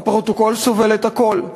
הפרוטוקול סובל את הכול.